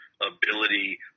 ability